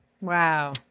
Wow